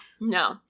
no